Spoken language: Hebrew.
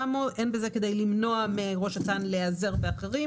אם זה רק יידוע, אין בעיה.